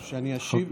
שאני אשיב?